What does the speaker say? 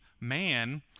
man